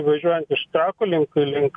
važiuojant iš trakų link link